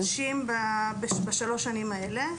יש לי נשים בשלוש שנים האלה.